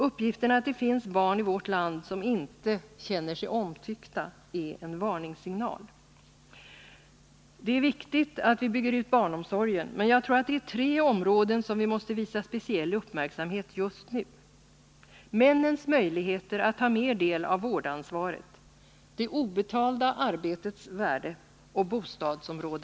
Uppgiften att det finns barn i vårt land som inte känner sig omtyckta är en varningssignal. Det är viktigt att vi bygger ut barnomsorgen. Men det är tre områden som jag tror att vi just nu måste visa speciell uppmärksamhet: 1. Männens möjligheter att mera ta del av vårdansvaret. 2. Det obetalda arbetets värde.